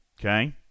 Okay